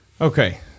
okay